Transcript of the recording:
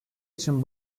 için